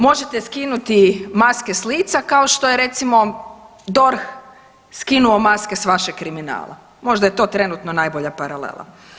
Možete skinuti maske s lica, kao što je recimo, DORH skinuo maske s vašeg kriminala, možda je to trenutno najbolja paralela.